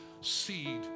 Seed